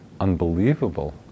unbelievable